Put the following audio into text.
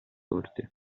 corti